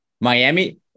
Miami